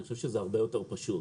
אני חושב שזה הרבה יותר פשוט.